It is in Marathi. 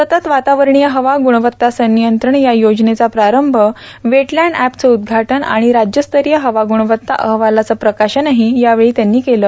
सतत वातावरणीय हवा गुणवत्ता सनियंत्रण या योजनेचा प्रारंभ वेटलँड एपचं उद्घाटन आणि राज्यस्तरीय हवा गुणवत्ता अहवालाचं प्रकाशनही यावेळी त्यांनी केलं